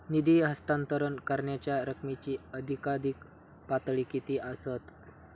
निधी हस्तांतरण करण्यांच्या रकमेची अधिकाधिक पातळी किती असात?